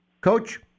Coach